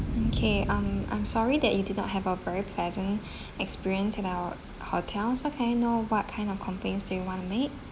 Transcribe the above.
okay um I'm sorry that you did not have a very pleasant experience at our hotel so can I know what kind of complaints do you want to make